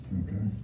okay